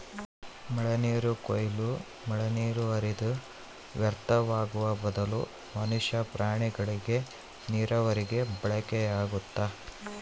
ಮಳೆನೀರು ಕೊಯ್ಲು ಮಳೆನೀರು ಹರಿದು ವ್ಯರ್ಥವಾಗುವ ಬದಲು ಮನುಷ್ಯ ಪ್ರಾಣಿಗಳಿಗೆ ನೀರಾವರಿಗೆ ಬಳಕೆಯಾಗ್ತದ